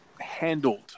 handled